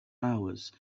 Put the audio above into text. hours